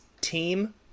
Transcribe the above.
team